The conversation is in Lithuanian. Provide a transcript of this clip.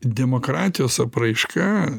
demokratijos apraiška